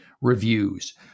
reviews